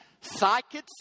psychics